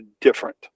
different